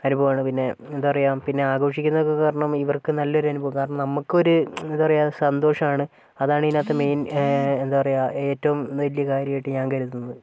അനുഭവമാണ് പിന്നെ എന്താ പറയുക പിന്നെ ആഘോഷിക്കുന്ന കാരണം ഇവർക്ക് നല്ലൊരു അനുഭവം കാരണം നമുക്കൊരു എന്താ പറയുക സന്തോഷമാണ് അതാണിതിനകത് മെയിൻ എന്താ പറയുക ഏറ്റവും വലിയ കാര്യമായിട്ട് ഞാൻ കരുതുന്നത്